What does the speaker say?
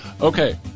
Okay